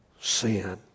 sin